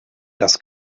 das